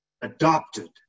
adopted